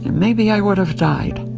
and maybe i would have died.